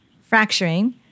fracturing